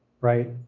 right